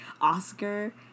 Oscar